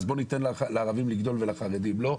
אז בואו ניתן לערבים לגדול ולחרדים לא.